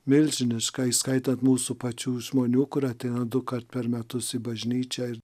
milžiniška įskaitant mūsų pačių žmonių kurie ateina dukart per metus į bažnyčią ir